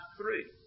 three